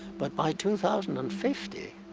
but by two thousand and fifty,